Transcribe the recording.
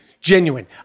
genuine